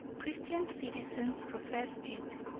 christian citizens profess it,